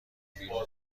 بیرون